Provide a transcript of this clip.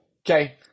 Okay